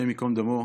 השם ייקום דמו,